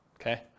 Okay